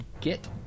get